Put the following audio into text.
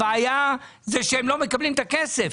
הבעיה היא שהם לא מקבלים את הכסף.